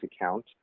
account